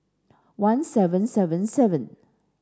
one seven seven seven